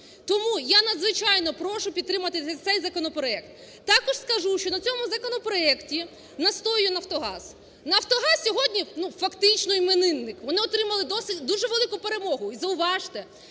Тому я надзвичайно прошу підтримати цей законопроект. Також скажу, що на цьому законопроекті настоює "Нафтогаз". "Нафтогаз" сьогодні фактично іменинник, вони отримали дуже велику перемогу. І зауважте,